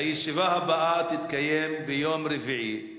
הישיבה הבאה תתקיים ביום רביעי,